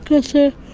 ಕಸೆ